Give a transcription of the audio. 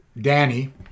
Danny